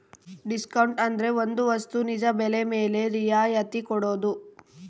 discount ಅಂದ್ರೆ ಒಂದ್ ವಸ್ತು ನಿಜ ಬೆಲೆ ಮೇಲೆ ರಿಯಾಯತಿ ಕೊಡೋದು